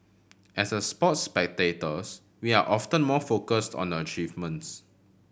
as a sports spectators we are often more focused on achievements